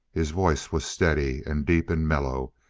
his voice was steady and deep and mellow,